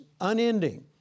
unending